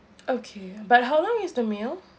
okay but how long is the meal